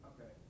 Okay